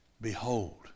behold